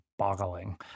Boggling